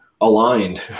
aligned